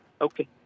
Okay